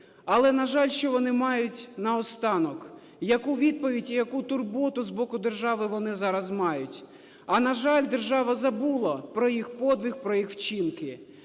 Але, на жаль, що вони мають наостанок? Яку відповідь і яку турботу з боку держави вони зараз мають? А, на жаль, держава забула про їх подвиг, про їх вчинки.